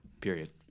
Period